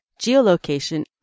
geolocation